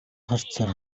харцаар